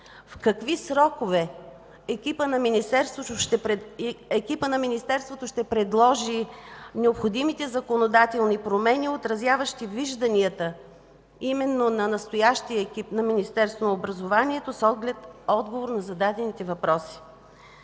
В какви срокове екипът на Министерството ще предложи необходимите законодателни промени, отразяващи вижданията именно на настоящия екип на Министерство на образованието с оглед отговор на зададените въпроси?